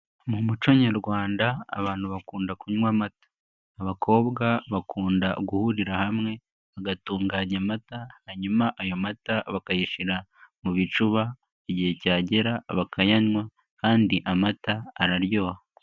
Mu muco nyarwanda abantu bakunda kunywa amata, abakobwa bakunda guhurira hamwe bagatunganya amata, hanyuma ayo mata bakayashyira mu bicuba, igihe cyagera ba bakayanywa, kandi amata araryoha.